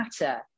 matter